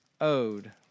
owed